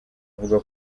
avuga